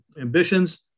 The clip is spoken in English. ambitions